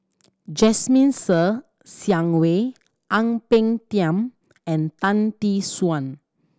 Jasmine Ser Xiang Wei Ang Peng Tiam and Tan Tee Suan